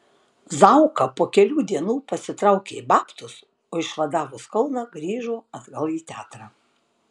zauka po kelių dienų pasitraukė į babtus o išvadavus kauną grįžo atgal į teatrą